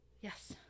yes